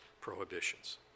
prohibitions